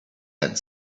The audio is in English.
had